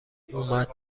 اومد